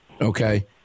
okay